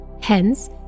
Hence